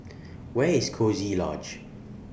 Where IS Coziee Lodge